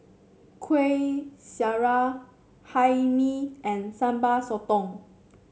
Kueh Syara Hae Mee and Sambal Sotong